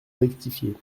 rectifié